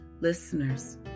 Listeners